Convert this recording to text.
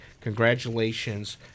Congratulations